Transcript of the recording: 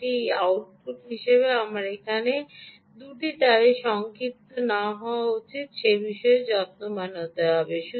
এটি একটি আউটপুট হিসাবে আমার এই 2 তারের সংক্ষিপ্ত না হওয়া উচিত সে বিষয়ে যত্নবান হতে হবে